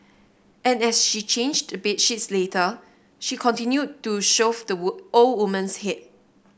and as she changed the bed sheets later she continued to shove the were old woman's head